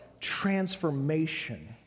transformation